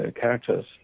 characters